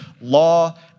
law